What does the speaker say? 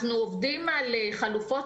עובדים על כמה חלופות,